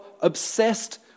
obsessed